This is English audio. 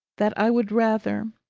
that i would rather,